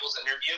interview